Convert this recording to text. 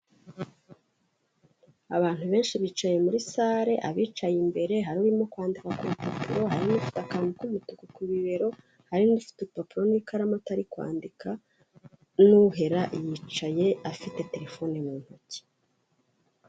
Abantu benshi bicaye muri sale, abicaye imbere hari urimo kwandikwa ku rupapuro, hari n'ufite akantu k'umutuku ku bibero, hari n'undi ufite urupapuro n'ikaramu atari kwandika n'uhera yicaye afite telefone mu ntoki.